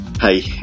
hey